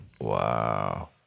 Wow